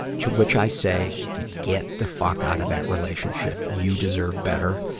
to which i say, get the fuck out of that relationship. you deserve better.